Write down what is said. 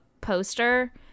poster